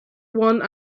one